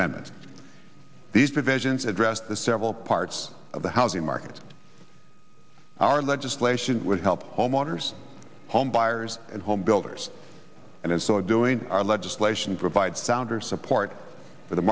amendment these provisions address the several parts of the housing market our legislation would help homeowners homebuyers and home builders and in so doing our legislation provide sounder support